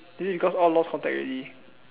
is it because all lost contact already